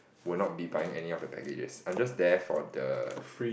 will not be buying any of the packages I am just there for the